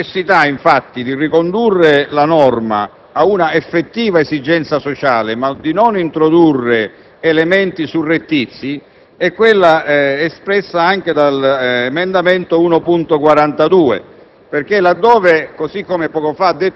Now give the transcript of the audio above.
La necessità di ricondurre la norma ad una effettiva esigenza sociale ma di non introdurre elementi surrettizi è espressa anche dall'emendamento 1.42: